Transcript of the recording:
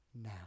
now